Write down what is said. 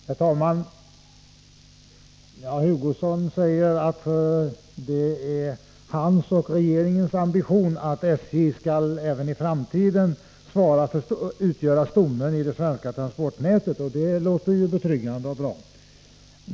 Herr talman! Kurt Hugosson säger att det är hans och regeringens ambition att SJ även i framtiden skall utgöra stommen i det svenska trafiknätet — och det låter ju betryggande och bra.